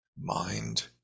mind